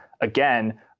again